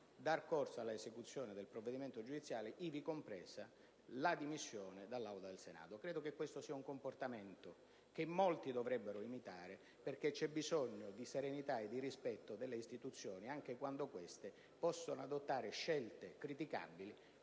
dare corso all'esecuzione del provvedimento giudiziario, ivi comprese le dimissioni da componente del Senato. Credo sia un comportamento che molti dovrebbero imitare, perché c'è bisogno di serenità e rispetto delle istituzioni, anche quando queste possono adottare scelte criticabili,